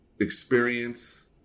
experience